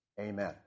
Amen